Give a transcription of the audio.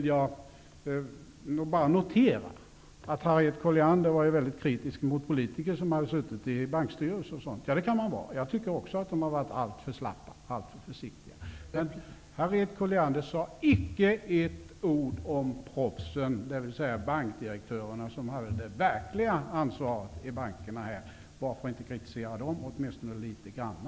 Jag noterar att Harriet Colliander är väldigt kritisk mot politiker som suttit med i t.ex. bankstyrelser. Ja, det kan man vara. Jag tycker också att de varit alltför slappa, alltför försiktiga. Men Harriet Colliander sade icke ett enda ord om proffsen, dvs. bankdirektörerna. De hade ju det verkliga ansvaret i bankerna. Varför inte kritisera dem också, åtminstone litet grand?